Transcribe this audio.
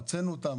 הוצאנו אותם,